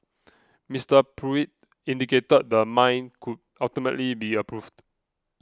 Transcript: Mister Pruitt indicated the mine could ultimately be approved